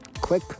Click